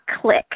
click